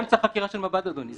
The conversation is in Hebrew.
זה אמצע חקירה של מב"ד, אדוני.